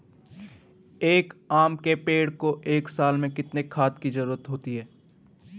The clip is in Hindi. एक आम के पेड़ को एक साल में कितने खाद की जरूरत होती है?